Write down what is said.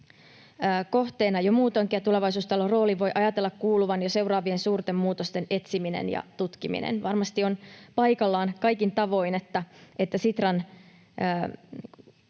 kohteena jo muutoinkin, ja tulevaisuustalon rooliin voi ajatella kuuluvan jo seuraavien suurten muutosten etsiminen ja tutkiminen. Varmasti on paikallaan kaikin tavoin, että Sitra